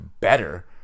better